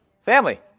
Family